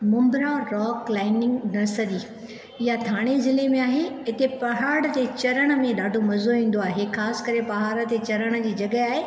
मुंद्रा ड्रॉक लाइनिंग नरसरी इहो थाणे ज़िले में आहे हिते पहाड़ ते चढ़णु में ॾाढो मज़ो ईंदो आहे ख़ासिकरे पहाड़ु ते चढ़णु जी जग॒हि आहे